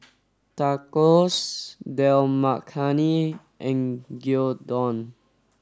Tacos Dal Makhani and Gyudon